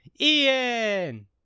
Ian